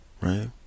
right